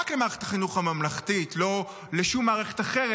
רק למערכת החינוך הממלכתית, לא לשום מערכת אחרת.